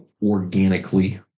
organically